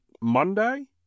Monday